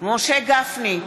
משה גפני,